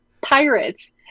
pirates